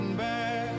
back